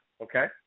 okay